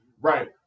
Right